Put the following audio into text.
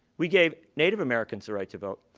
we gave native americans the right to vote.